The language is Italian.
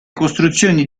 costruzioni